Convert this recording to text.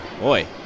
boy